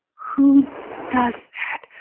who does that?